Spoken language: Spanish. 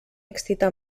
excita